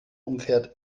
umfährt